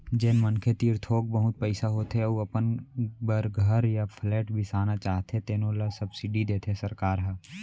जेन मनखे तीर थोक बहुत पइसा होथे अउ अपन बर घर य फ्लेट बिसाना चाहथे तेनो ल सब्सिडी देथे सरकार ह